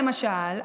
למשל,